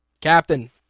Captain